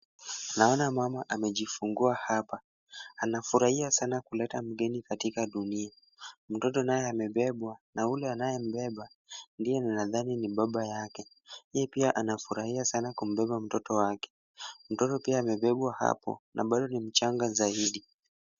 Naona mama amejifungua hapa. Anafurahia sana kuleta mgeni katika dunia. Mtoto naye amebebwa na ule anayembeba ndiye ninadhani ni baba yake. Yeye pia anafurahia sana kumbeba mtoto wake. Mtoto pia amebebwa hapo na bado ni mchanga zaidi.